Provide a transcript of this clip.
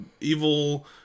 evil